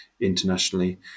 internationally